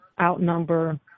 outnumber